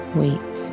wait